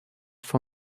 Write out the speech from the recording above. for